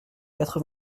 quatre